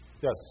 Yes